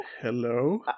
Hello